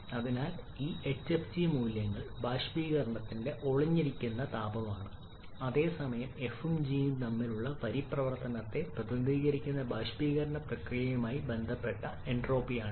അതിനാൽ ഈ hfg മൂല്യങ്ങൾ ബാഷ്പീകരണത്തിന്റെ ഒളിഞ്ഞിരിക്കുന്ന താപമാണ് അതേസമയം f ഉം g ഉം തമ്മിലുള്ള പരിവർത്തനത്തെ പ്രതിനിധീകരിക്കുന്ന ബാഷ്പീകരണ പ്രക്രിയയുമായി ബന്ധപ്പെട്ട എൻട്രോപ്പിയാണിത്